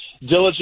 diligent